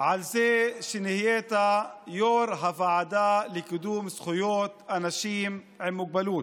על זה שנהיית יו"ר הוועדה לקידום זכויות אנשים עם מוגבלות,